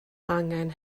angen